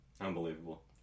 Unbelievable